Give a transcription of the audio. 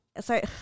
Sorry